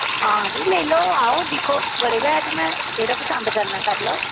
ओह् दिक्खो बड़े बैट न जेह्ड़ा पसंद करना करी लैओ